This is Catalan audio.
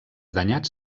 danyats